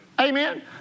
Amen